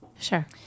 Sure